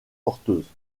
porteuses